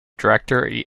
director